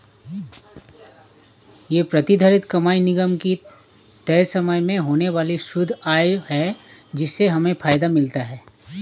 ये प्रतिधारित कमाई निगम की तय समय में होने वाली शुद्ध आय है जिससे हमें फायदा मिलता है